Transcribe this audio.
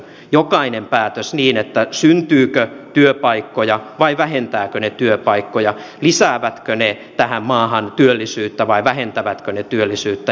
jokainen päätös pitää peilata niin syntyykö työpaikkoja vai vähentääkö se työpaikkoja lisääkö se tähän maahan työllisyyttä vai vähentääkö se työllisyyttä